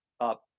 up